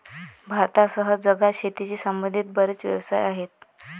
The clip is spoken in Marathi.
भारतासह जगात शेतीशी संबंधित बरेच व्यवसाय आहेत